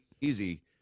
easy